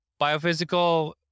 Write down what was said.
biophysical